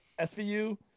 svu